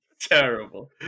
Terrible